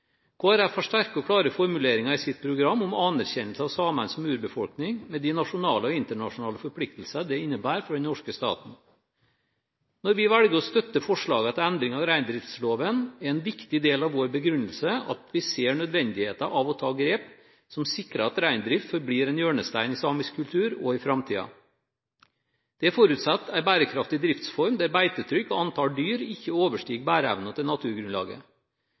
klare formuleringer i sitt program om anerkjennelse av samene som urbefolkning, med de nasjonale og internasjonale forpliktelser det innebærer for den norske staten. Når vi velger å støtte forslagene til endring av reindriftsloven, er en viktig del av vår begrunnelse at vi ser nødvendigheten av å ta grep som sikrer at reindrift forblir en hjørnestein i samisk kultur også i framtiden. Det forutsetter en bærekraftig driftsform der beitetrykk og antall dyr ikke overstiger bæreevnen til naturgrunnlaget.